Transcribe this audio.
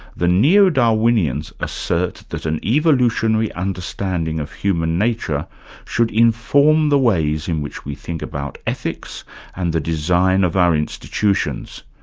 the neo-darwinians assert that an evolutionary understanding of human nature should inform the ways in which we think about ethics and the design of our institutions.